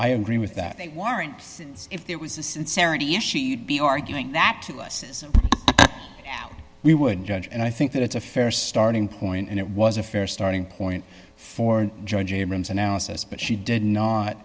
i agree with that they weren't since it was the sincerity if she'd be arguing that we would judge and i think that it's a fair starting point and it was a fair starting point for judge abrams analysis but she did not